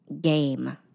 game